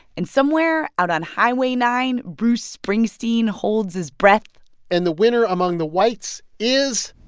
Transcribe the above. and somewhere out on highway nine, bruce springsteen holds his breath and the winner among the whites is.